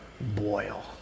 boil